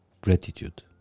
gratitude